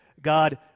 God